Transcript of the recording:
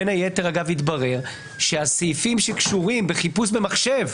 בין היתר אגב התברר שהסעיפים שקשורים בחיפוש במחשב,